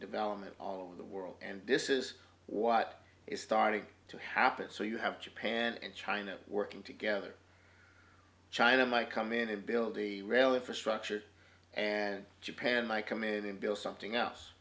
development all over the world and this is what is starting to happen so you have japan and china working together china might come in and build the rail infrastructure and japan my committee and build something else